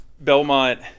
Belmont